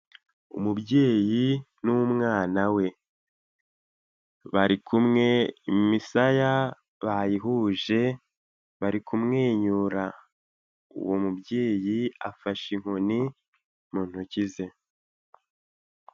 Umubyeyi n'umwana we bari kumwe imisaya bayihuje bari kumwenyura uwo mubyeyi afashe inkoni mu ntoki ze.